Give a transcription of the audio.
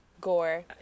Gore